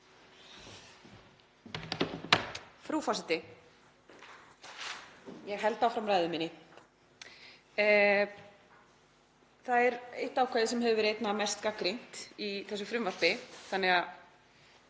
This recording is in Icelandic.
Frú forseti. Ég held áfram ræðu minni. Það er eitt ákvæði sem hefur verið einna mest gagnrýnt í þessu frumvarpi. Það